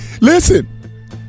listen